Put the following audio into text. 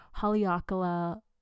Haleakala